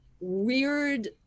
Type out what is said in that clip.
weird